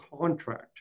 contract